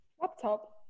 Laptop